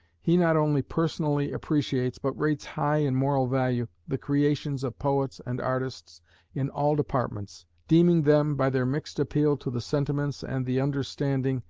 he not only personally appreciates, but rates high in moral value, the creations of poets and artists in all departments, deeming them, by their mixed appeal to the sentiments and the understanding,